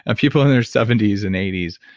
ah people in their seventy s and eighty s.